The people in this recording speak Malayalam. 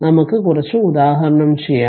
നമുക്ക് കുറച്ച് ഉദാഹരണം ചെയ്യാം